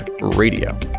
Radio